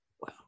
Wow